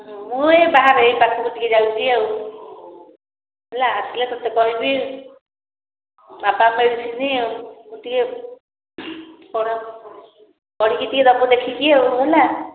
ମୁଁ ଏଇ ବାହାରେ ଏଇ ପାଖକୁ ଟିକେ ଯାଉଛି ଆଉ ହେଲା ଆସିଲେ ତୋତେ କହିବି ବାପାଙ୍କ ମେଡିସିନ ଆଉ ତୁ ଟିକେ ପଢିକି ଟିକେ ରଖ ଦେଖିକି ଆଉ ହେଲା